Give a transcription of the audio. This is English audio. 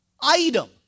item